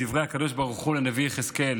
בדברי הקדוש ברוך הוא לנביא יחזקאל